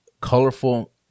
colorful